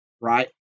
Right